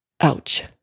Ouch